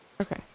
Okay